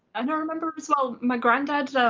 and i remember as well, my granddad,